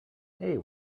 hey